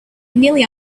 nearly